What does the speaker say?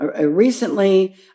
recently